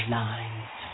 lines